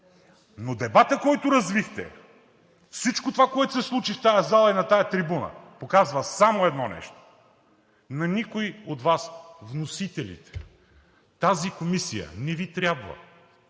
Но дебатът, който развихте, всичко това, което се случи в тази зала и на тази трибуна, показва само едно нещо – на никой от Вас, вносителите, тази комисия не Ви трябва.